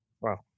wow